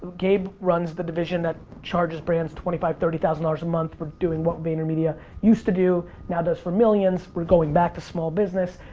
gabs runs the division that charges brands twenty five thirty thousand dollars a month for doing what vaynermedia used to do, now does for millions. we're going back to small business.